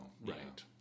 Right